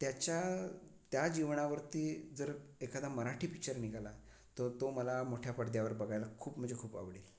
त्याच्या त्या जीवनावरती जर एखादा मराठी पिच्चर निघाला तर तो मला मोठ्या पडद्यावर बघायला खूप म्हणजे खूप आवडेल